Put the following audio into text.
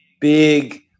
big